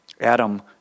Adam